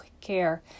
care